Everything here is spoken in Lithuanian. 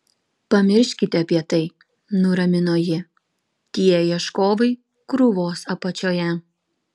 pamirškite apie tai nuramino ji tie ieškovai krūvos apačioje